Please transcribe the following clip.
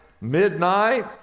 midnight